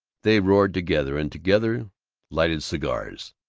they roared together, and together lighted cigars.